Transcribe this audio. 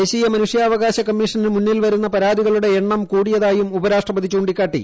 ദേശീയ മനുഷ്യാവകാശ കമ്മീഷന് മുന്നിൽ വരുന്ന ് പരാതികളുടെ എണ്ണം കൂടിയതായും ഉപരാഷ്ട്രപതി ചൂ ിക്കാട്ടി